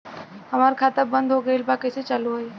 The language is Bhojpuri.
हमार खाता बंद हो गईल बा कैसे चालू होई?